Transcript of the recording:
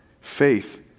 Faith